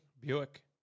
Buick